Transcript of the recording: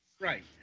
right